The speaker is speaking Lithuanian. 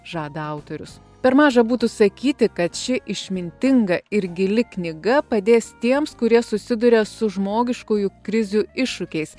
žada autorius per maža būtų sakyti kad ši išmintinga ir gili knyga padės tiems kurie susiduria su žmogiškųjų krizių iššūkiais